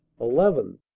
Eleven